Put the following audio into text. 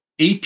AP